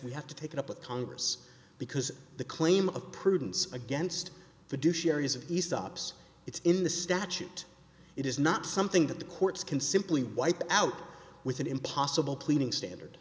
we have to take it up with congress because the claim of prudence against fiduciary is aesop's it's in the statute it is not something that the courts can simply wipe out with an impossible pleading standard